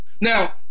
Now